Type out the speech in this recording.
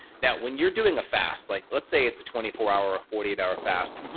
now, when you're doing a fast, like let's say it's a twenty four hour, ah forty eight hour fast.